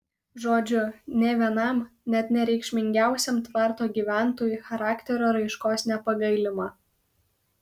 žodžiu nė vienam net nereikšmingiausiam tvarto gyventojui charakterio raiškos nepagailima